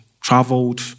traveled